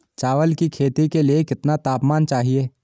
चावल की खेती के लिए कितना तापमान चाहिए?